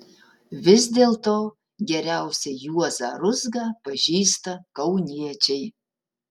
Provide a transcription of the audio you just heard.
vis dėlto geriausiai juozą ruzgą pažįsta kauniečiai